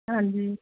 ਹਾਂਜੀ